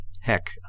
heck